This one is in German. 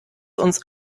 uns